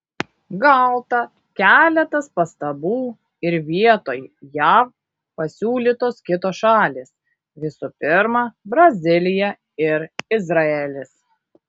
gauta keletas pastabų ir vietoj jav pasiūlytos kitos šalys visų pirma brazilija ir izraelis